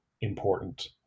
important